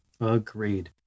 Agreed